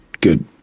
Good